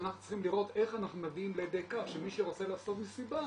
אנחנו צריכים לראות איך אנחנו מביאים לידי כך שמי שרוצה לעשות מסיבה